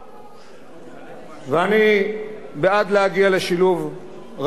ואני בעד להגיע לשילוב רבים יותר בנשיאה בנטל.